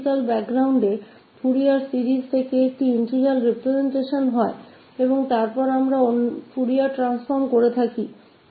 लेकिन एक सैद्धांतिक पृष्ठभूमि थी जहां फूरियर श्रृंखला से यह इंटीग्रल है और फिर हमने फूरियर रूपांतरण की शुरुआत की है